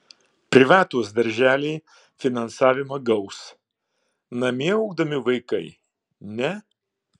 privatūs darželiai finansavimą gaus namie ugdomi vaikai ne